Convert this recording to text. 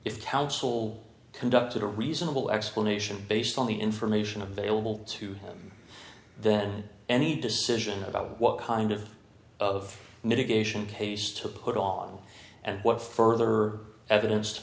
counsel conducted a reasonable explanation based on the information available to him then any decision about what kind of of mitigation pace to put on and what further evidence to